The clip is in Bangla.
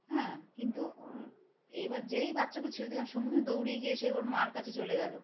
হ্যাঁ কিন্তু এইবার যেই বাচ্চাগুলো ছেড়ে দিলাম সঙ্গে দৌড়ি গিয়ে সেই ওর মার কাছে চলে গেলো